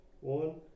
one